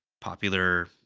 popular